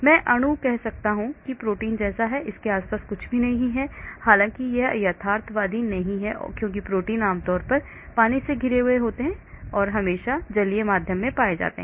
मैं अणु कह सकता हूं कि प्रोटीन जैसा है और इसके आसपास कुछ भी नहीं है हालांकि यह यथार्थवादी नहीं है क्योंकि प्रोटीन आमतौर पर पानी से घिरे होते हैं क्योंकि वे हमेशा जलीय माध्यम में पाए जाते हैं